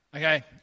Okay